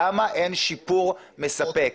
למה אין שיפור מספק?